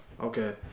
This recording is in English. Okay